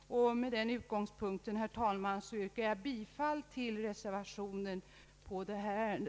Med den utgångspunkten, herr talman, ber jag att få yrka bifall till reservationen i detta ärende.